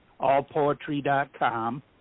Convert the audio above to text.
allpoetry.com